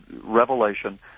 revelation